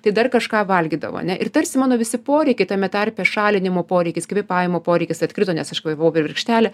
tai dar kažką valgydavo ane ir tarsi mano visi poreikiai tame tarpe šalinimo poreikis kvėpavimo poreikis atkrito nes aš gavau per virkštelę